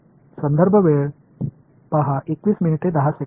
तर मग फिल्डमध्ये काय शक्ती आहे ते पाहू